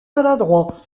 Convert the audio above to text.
maladroit